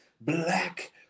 Black